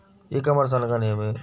ఈ కామర్స్ అనగా నేమి?